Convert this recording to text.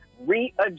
readjust